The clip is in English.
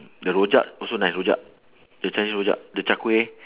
the rojak also nice rojak the chinese rojak the char kway